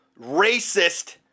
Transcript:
racist